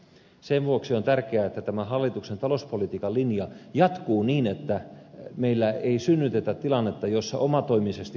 sen vuoksi on tärkeää että tämä hallituksen talouspolitiikan linja jatkuu niin että meillä ei synnytetä tilannetta jossa omatoimisesti korkotasoa nostetaan